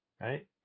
right